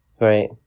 Right